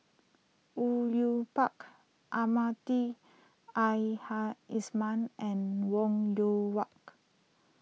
Au Yue Pak Almahdi Al Haj Isman and Wong Yoon walk